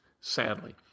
sadly